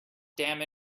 damn